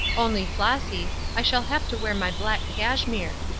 only, flossy, i shall have to wear my black cashmere.